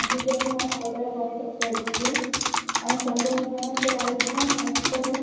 آپ مجھے اپنا آڈر واٹسیپ کر دیجیے اور ساتھ